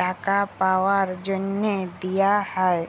টাকা পাউয়ার জ্যনহে দিয়া হ্যয়